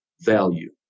value